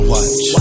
Watch